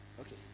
Okay